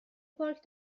پارک